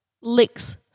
licks